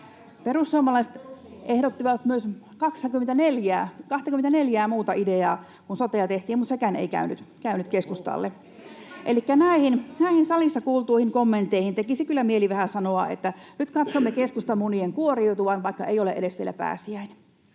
Perussuomalaiset ehdottivat myös 24:ää muuta ideaa, kun sotea tehtiin, mutta nekään eivät käyneet keskustalle. Näihin salissa kuultuihin kommentteihin tekisi kyllä mieli vähän sanoa, että nyt katsomme keskustan munien kuoriutuvan, vaikka ei ole vielä edes pääsiäinen.